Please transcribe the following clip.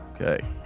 Okay